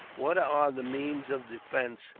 what are the means of defence,